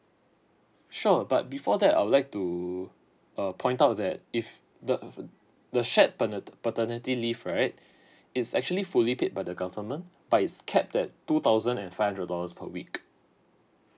sure but before that I would like to uh point out that if the f~ the shared patner~ paternity leave right it's actually fully paid by the government but it's capped at two thousand and five hundred dollars per week